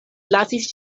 lasis